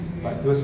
mmhmm